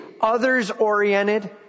others-oriented